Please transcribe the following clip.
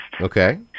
Okay